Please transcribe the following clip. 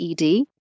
ED